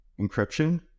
encryption